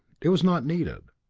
it was not needed.